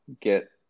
get